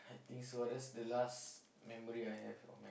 I think so ah that's the last memory I have of my